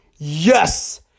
Yes